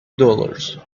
dollars